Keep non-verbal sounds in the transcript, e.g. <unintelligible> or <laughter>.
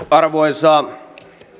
<unintelligible> arvoisa